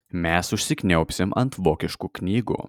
mes užsikniaubsim ant vokiškų knygų